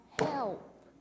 help